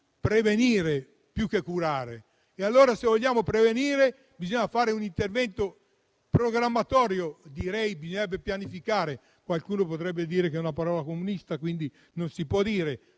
prevenire più che curare. Se vogliamo prevenire, però, bisogna fare un intervento programmatorio. Bisognerebbe pianificare, ma qualcuno potrebbe sostenere che è una parola comunista e quindi non si può dire.